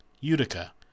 Utica